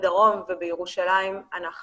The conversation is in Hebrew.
בדרום ובירושלים אנחנו